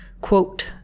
quote